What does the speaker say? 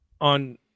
on